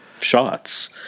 shots